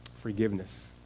Forgiveness